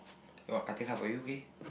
well I take half for you okay